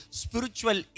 spiritual